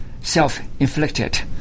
self-inflicted